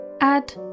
Add